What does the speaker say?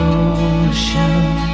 ocean